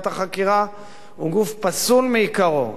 הוא גוף פסול מעיקרו, אין על כך עוררין,